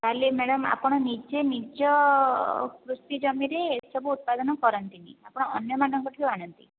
ତା'ହେଲେ ମ୍ୟାଡ଼ାମ ଆପଣ ନିଜେ ନିଜ କୃଷି ଜମିରେ ଏସବୁ ଉତ୍ପାଦନ କରନ୍ତି ନାହିଁ ଆପଣ ଅନ୍ୟ ମାନଙ୍କଠୁ ଆଣନ୍ତି